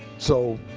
so,